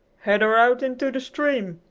head her out into the stream!